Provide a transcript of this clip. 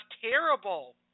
terrible